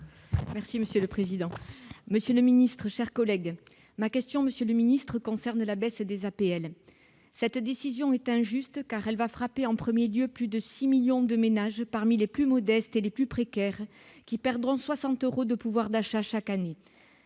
Merci monsieur le président, Monsieur le Ministre, chers collègues, ma question Monsieur le ministre concerne la baisse des APL, cette décision est injuste car elle va frapper en 1er lieu plus de 6 millions de ménages parmi les plus modestes et les plus précaires qui perdront 60 euros de pouvoir d'achat, chaque année,